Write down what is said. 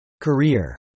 Career